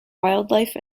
wildlife